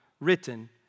written